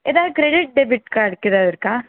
ஏதாவது credit debit கார்டுக்கு ஏதாவது இருக்கா